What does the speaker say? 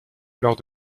lors